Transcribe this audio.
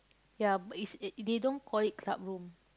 ya is it they don't call it club room